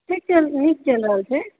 ठीक छै नीक चलि रहल छै